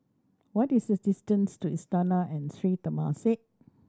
what is the distance to Istana and Sri Temasek